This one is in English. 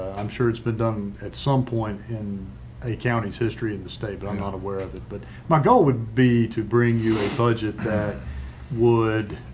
i'm sure it's been done at some point in a county's history in the state, but i'm not aware of it. but my goal would be to bring you a budget that would